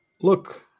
look